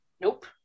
Nope